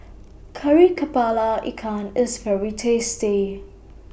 Kari Kepala Ikan IS very tasty